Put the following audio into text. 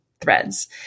threads